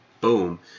boom